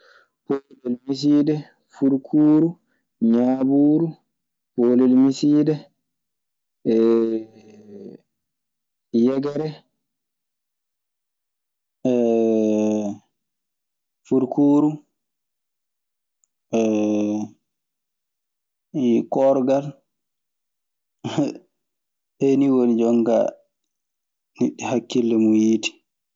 Poolel missiide, fulkuuru, ñaabuuru, poolel misside yegere furkuuru yikoorgal. Ɗee nii woni jonkaa neɗɗo hakkille mun yiiti.